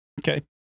okay